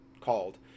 called